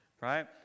Right